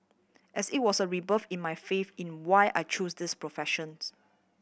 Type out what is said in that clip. as it was a rebirth in my faith in why I choose this professions